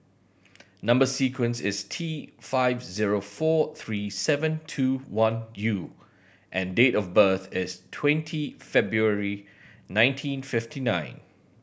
number sequence is T five zero four three seven two one U and date of birth is twenty February nineteen fifty nine